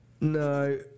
No